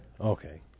Okay